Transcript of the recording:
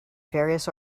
various